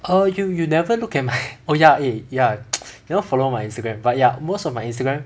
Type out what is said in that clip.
err you you never look at my oh ya eh ya never follow my Instagram but ya most of my Instagram